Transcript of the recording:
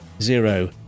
zero